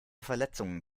verletzungen